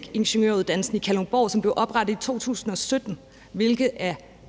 diplomingeniør i bioteknologi i Kalundborg, som blev oprettet i 2017, hvilket er,